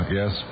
yes